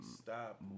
stop